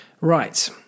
Right